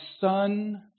son